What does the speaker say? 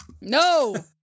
No